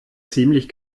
ziemlich